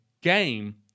game